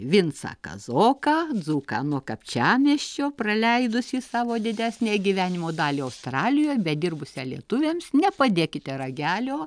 vincą kazoką dzūką nuo kapčiamiesčio praleidusį savo didesnę gyvenimo dalį australijoj bet dirbusią lietuviams nepadėkite ragelio